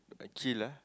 a chill lah